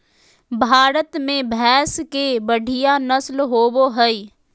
भारत में भैंस के बढ़िया नस्ल होबो हइ